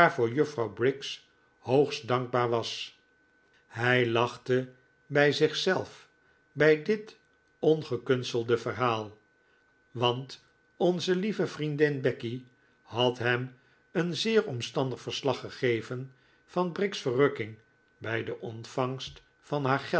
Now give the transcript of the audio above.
juffrouw briggs hoogstdankbaar was hij lachte bij zichzelf bij dit ongekunstelde verhaal want onze lieve vriendin becky had hem een zeer omstandig verslag gegeven van briggs verrukking bij de ontvangst van